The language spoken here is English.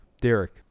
Derek